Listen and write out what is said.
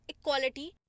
equality